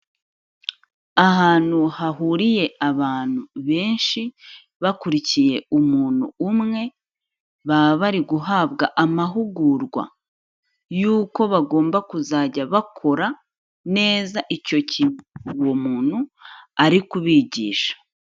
Ahantu hahuriye abantu benshi bakurikiye umuntu umwe, baba bari guhabwa amahugurwa yuko bagomba kuzajya bakora neza icyo kintu uwo muntu ari kubigisha.